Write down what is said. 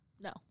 No